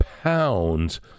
pounds